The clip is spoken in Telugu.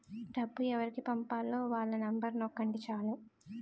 డబ్బు ఎవరికి పంపాలో వాళ్ళ నెంబరు నొక్కండి చాలు